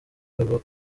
urwego